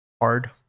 hard